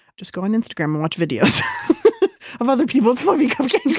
just go on instagram and watch videos of other people's fluffy cupcakes